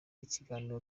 ikiganiro